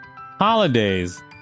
Holidays